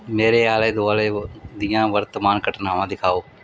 ਮੇਰੇ ਆਲੇ ਦੁਆਲੇ ਦੀਆਂ ਵਰਤਮਾਨ ਘਟਨਾਵਾਂ ਦਿਖਾਓ